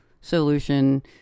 Solution